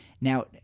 now